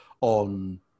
on